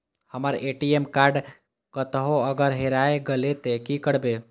हमर ATM card कतहो अगर हेराय गले ते की करबे?